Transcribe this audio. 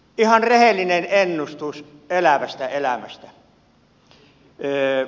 ihan rehellinen ennustus elävästä elämästä